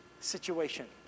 situation